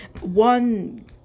one